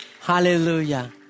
Hallelujah